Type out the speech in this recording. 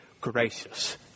gracious